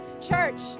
church